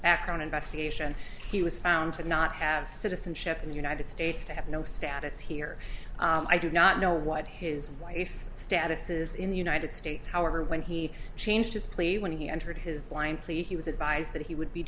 background investigation he was found to not have citizenship in the united states to have no status here i do not know what his wife's status is in the united states however when he changed his plea when he entered his blind plea he was advised that he would be